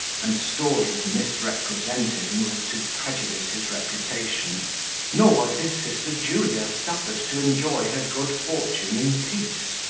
and stories misrepresented, in order to prejudice his reputation nor was his sister julia suffered to enjoy her good fortune in peace.